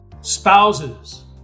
spouses